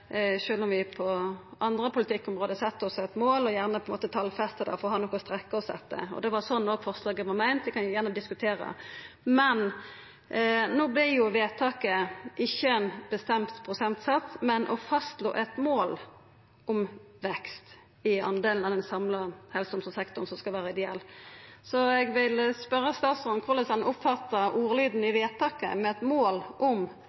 om vi på andre politikkområde set oss eit mål, og gjerne talfestar det for å ha noko å strekkja oss etter. Det var òg slik forslaget var meint, det kan vi gjerne diskutera. Men no vart jo forslaget til vedtak ikkje ein bestemd prosentsats, men å «fastslå et mål om vekst i andelen av den samlede helse- og omsorgssektoren» som skal vera ideell. Eg vil spørja statsråden om korleis han oppfattar ordlyden i forslaget til vedtak, «et mål om